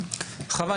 חוה,